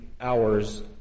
hours